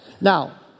Now